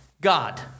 God